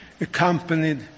accompanied